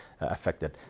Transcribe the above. affected